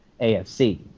AFC